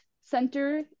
center